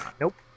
Nope